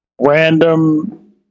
random